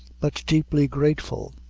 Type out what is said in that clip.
but deeply grateful.